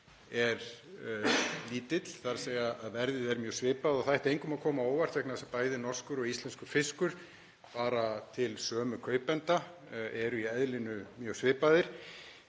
er lítill, þ.e. verðið er mjög svipað. Það ætti engum að koma á óvart vegna þess að bæði norskur og íslenskur fiskur fara til sömu kaupenda, eru í eðlinu mjög svipaðir